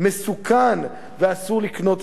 מסוכן ואסור לקנות אותו.